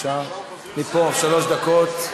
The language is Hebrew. שלוש דקות.